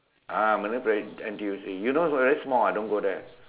ah marine Parade N_T_U_C you know very small ah don't go there